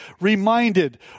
reminded